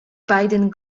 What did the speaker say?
beiden